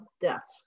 deaths